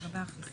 בטח.